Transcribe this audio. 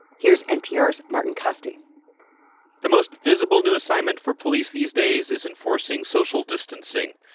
here's npr's martin kaste the the most visible new assignment for police these days is enforcing social distancing.